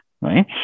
Right